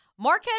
marquez